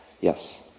Yes